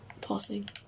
passing